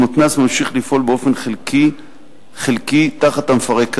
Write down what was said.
המתנ"ס ממשיך לפעול באופן חלקי תחת המפרק הזמני,